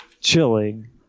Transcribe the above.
Chilling